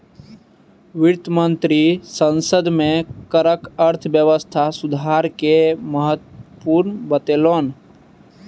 वित्त मंत्री संसद में करक अर्थव्यवस्था सुधार के महत्त्व बतौलैन